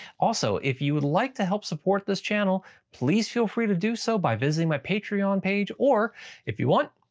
also, if you would like to help support this channel please feel free to do so by visiting my patreon page. or if you want,